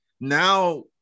now